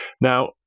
Now